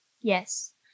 Yes